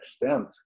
extent